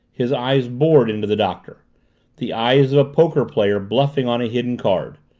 his eyes bored into the doctor the eyes of a poker player bluffing on a hidden card.